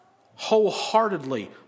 wholeheartedly